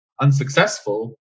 unsuccessful